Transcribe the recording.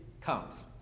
comes